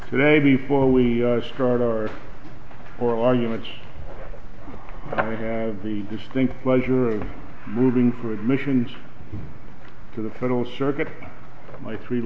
today before we start our oral arguments i have the distinct pleasure of moving for admissions to the federal circuit my three